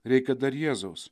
reikia dar jėzaus